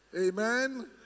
Amen